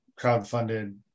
crowdfunded